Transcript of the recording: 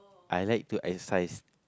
I like to exercise